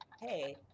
hey